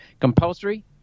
Compulsory